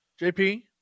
JP